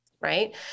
right